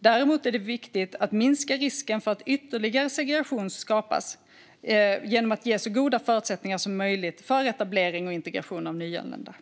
Det är viktigt att minska risken för att ytterligare segregation skapas genom att ge så goda förutsättningar som möjligt för etablering och integration av nyanlända.